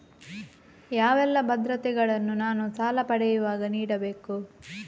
ಯಾವೆಲ್ಲ ಭದ್ರತೆಗಳನ್ನು ನಾನು ಸಾಲ ಪಡೆಯುವಾಗ ನೀಡಬೇಕು?